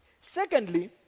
Secondly